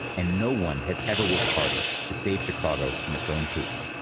and no one has ever worked harder to save chicago from its own poop